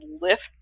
lift